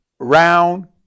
round